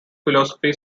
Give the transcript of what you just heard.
philosophy